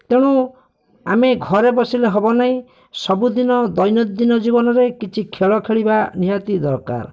ତେଣୁ ଆମେ ଘରେ ବସିଲେ ହେବ ନାହିଁ ସବୁଦିନ ଦୈନନ୍ଦିନ ଜୀବନରେ କିଛି ଖେଳ ଖେଳିବା ନିହାତି ଦରକାର